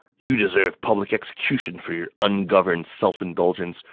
you deserve public execution for your ungoverned self-indulgence,